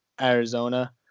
Arizona